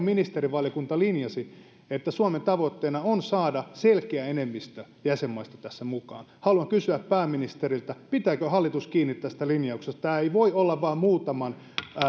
ministerivaliokunta linjasi että suomen tavoitteena on saada selkeä enemmistö jäsenmaista tähän mukaan haluan kysyä pääministeriltä pitääkö hallitus kiinni tästä linjauksesta tämä ei voi olla vain muutaman